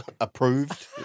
approved